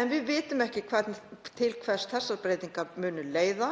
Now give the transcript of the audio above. En við vitum ekki til hvers þessar breytingar munu leiða.